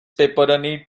pepperoni